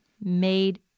made